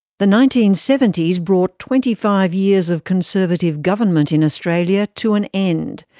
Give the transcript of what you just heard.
the nineteen seventy s brought twenty five years of conservative government in australia to an end.